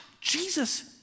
Jesus